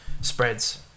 spreads